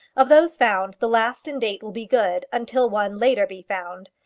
of those found, the last in date will be good until one later be found.